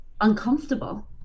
uncomfortable